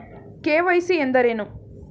KYC ಎಂದರೇನು?